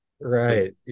Right